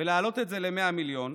ולהעלות את זה ל-100 מיליון,